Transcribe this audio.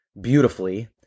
beautifully